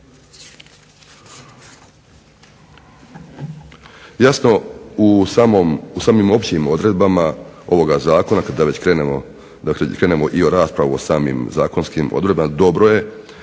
Jasno, u samim općim odredbama ovoga zakona, da krenemo u raspravu o samim zakonskim odredbama, dobro je